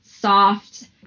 soft